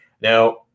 Now